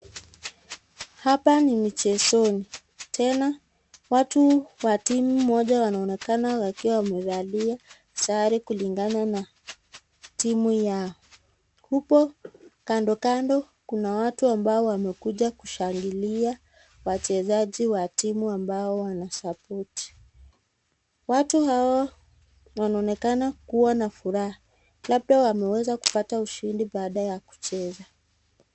Hapa ni michezoni tena watu wa timu moja wanaonekana wakiwa wamevalia sare kulingana na timu yao, huko kando kando kuna watu ambao wamekuja kushangilia wachezaji wa timu ambayo wanasapoti. Watu hao wanaonekana kuwa na furaha labda wameweza kupata ushindi baada ya kucheza.